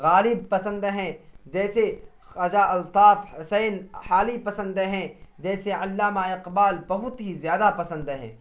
غالب پسند ہیں جیسے خواجہ الطاف حسین حالی پسند ہیں جیسے علامہ اقبال بہت ہی زیادہ پسند ہیں